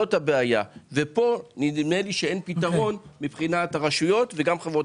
כשפה נדמה לי שאין פתרון מבחינת הרשויות וחברות